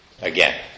Again